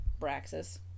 Braxis